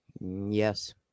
yes